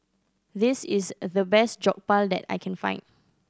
this is the best Jokbal that I can find